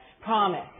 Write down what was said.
promise